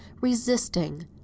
resisting